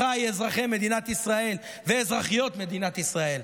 אחיי אזרחי מדינת ישראל ואזרחיות מדינת ישראל,